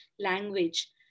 language